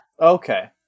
Okay